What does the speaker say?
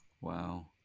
wow